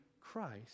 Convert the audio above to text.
Christ